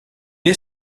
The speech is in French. est